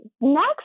next